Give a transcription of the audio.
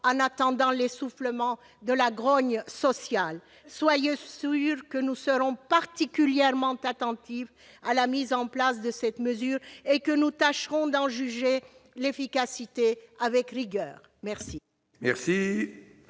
en misant sur l'essoufflement de la grogne sociale. Soyez sûre que nous serons particulièrement attentifs à la mise en place de cette mesure et que nous tâcherons d'en juger l'efficacité avec rigueur. La